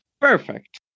Perfect